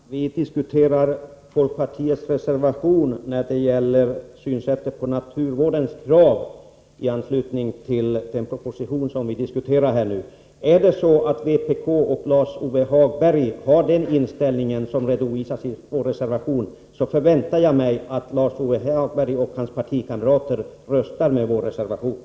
Herr talman! Vi diskuterar folkpartiets reservation när det gäller synen på naturvårdens krav i anslutning till den proposition vi nu diskuterar. Om vpk och Lars-Ove Hagberg har samma inställning som redovisas i vår reserva tion, förväntar jag mig att Lars-Ove Hagberg och hans partikamrater röstar med den reservationen.